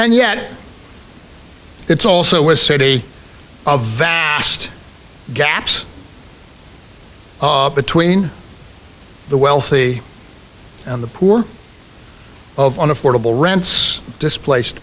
and yet it's also a city of vast gaps between the wealthy and the poor of on affordable rents displaced